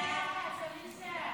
את הצעת